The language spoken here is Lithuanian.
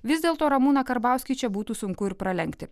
vis dėlto ramūną karbauskį čia būtų sunku ir pralenkti